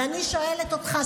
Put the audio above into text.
ואני שואלת אותך,